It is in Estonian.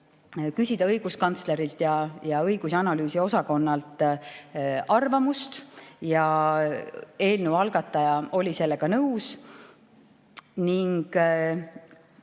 küsida õiguskantslerilt ja õigus- ja analüüsiosakonnalt arvamust ja eelnõu algataja oli sellega nõus.